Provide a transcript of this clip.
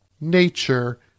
nature